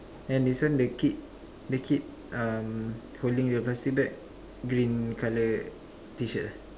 and this one the kid the kid um holding the plastic bag green colour T-shirt ah